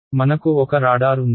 మనకు ఒక రాడార్ ఉంది